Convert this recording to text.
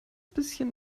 bisschen